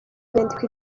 nyandiko